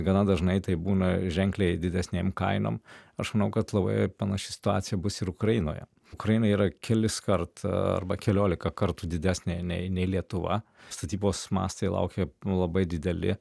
gana dažnai tai būna ženkliai didesnėm kainom aš manau kad labai panaši situacija bus ir ukrainoje ukraina yra keliskart arba keliolika kartų didesnė nei nei lietuva statybos mastai laukia labai dideli